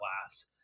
class